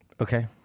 Okay